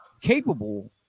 capable